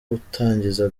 gutangiza